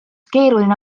keeruline